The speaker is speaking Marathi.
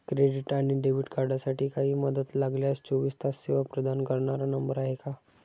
क्रेडिट आणि डेबिट कार्डसाठी काही मदत लागल्यास चोवीस तास सेवा प्रदान करणारा नंबर आहे का?